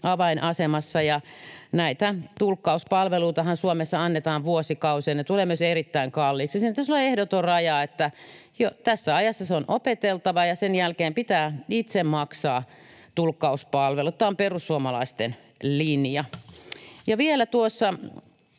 avainasemassa. Näitä tulkkauspalveluitahan Suomessa annetaan vuosikausia. Ne tulevat myös erittäin kalliiksi. Siinä pitäisi olla ehdoton raja, että tässä ajassa on se opeteltava ja sen jälkeen pitää itse maksaa tulkkauspalvelut. Tämä on perussuomalaisten linja. Ja vielä tuossa